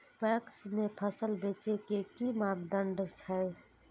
PACS में फसल बेचे के कि मापदंड छै?